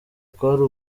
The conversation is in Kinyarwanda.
kwari